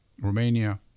Romania